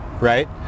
right